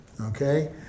okay